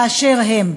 באשר הם.